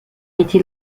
été